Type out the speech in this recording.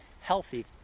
healthy